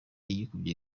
yikubye